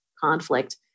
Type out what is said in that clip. conflict